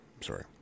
Sorry